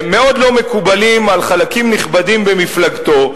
מאוד לא מקובלים על חלקים נכבדים במפלגתו,